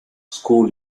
school